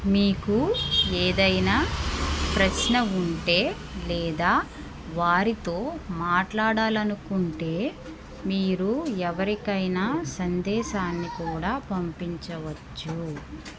మీకు ఏదైనా ప్రశ్న ఉంటే లేదా వారితో మాట్లాడాలనుకుంటే మీరు ఎవరికైనా సందేశాన్ని కూడా పంపించవచ్చు